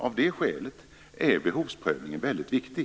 Av de skälet är behovsprövningen väldigt viktig.